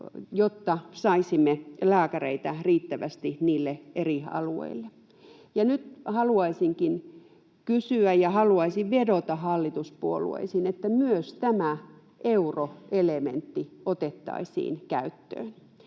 jotta saisimme lääkäreitä riittävästi niille eri alueille. Ja nyt haluaisinkin kysyä ja haluaisin vedota hallituspuolueisiin, että myös tämä euroelementti otettaisiin käyttöön,